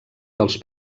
dels